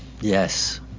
Yes